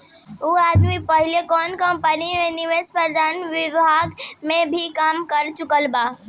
उ आदमी पहिले कौनो कंपनी में निवेश प्रबंधन विभाग में भी काम कर चुकल बा